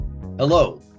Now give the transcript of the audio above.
Hello